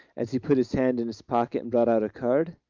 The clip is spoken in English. as he put his hand in his pocket, and brought out a card.